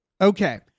Okay